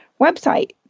website